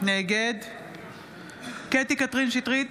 נגד קטי קטרין שטרית,